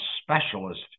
specialist